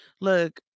Look